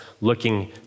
looking